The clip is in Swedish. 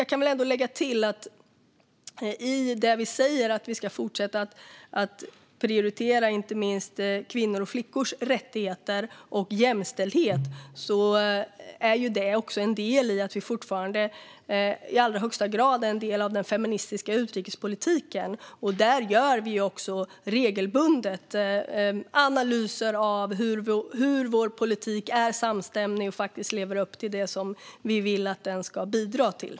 Jag kan ändå lägga till att vi säger att vi ska fortsätta att prioritera inte minst kvinnors och flickors rättigheter och jämställdhet. Det är också en del i att vi fortfarande i allra högsta grad är en del av den feministiska utrikespolitiken. Där gör vi också regelbundet analyser av hur vår politik är samstämmig och lever upp till det som vi vill att den ska bidra till.